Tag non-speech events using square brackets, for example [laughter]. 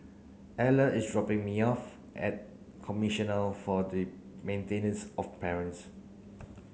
Eller is [noise] dropping me off at Commissioner for the Maintenance of [noise] Parents